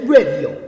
Radio